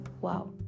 Wow